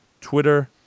Twitter